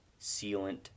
sealant